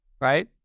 Right